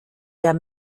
der